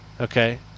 Okay